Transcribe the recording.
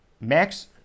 Max